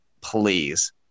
please